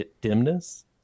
dimness